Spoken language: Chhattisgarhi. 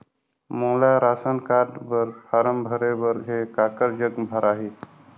मोला राशन कारड बर फारम भरे बर हे काकर जग भराही?